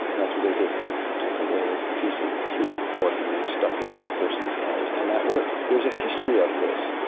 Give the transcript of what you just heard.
that's what they did, they took a little piece of cured pork and they stuffed it up the person's nose, and that worked. there is a history of this.